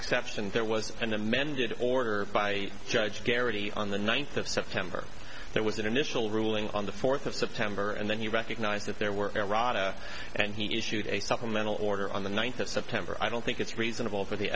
exception there was an amended order by judge garrity on the ninth of september there was an initial ruling on the fourth of september and then he recognized that there were errata and he issued a supplemental order on the ninth of september i don't think it's reasonable for the